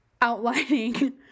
outlining